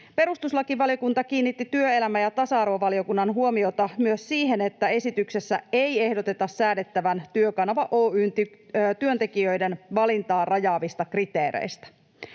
Perustuslakivaliokunta kiinnitti työelämä‑ ja tasa-arvovaliokunnan huomiota myös siihen, että esityksessä ei ehdoteta säädettävän Työkanava Oy:n työntekijöiden valintaa rajaavista kriteereistä.